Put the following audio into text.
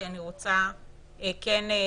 כי אני רוצה להתקדם.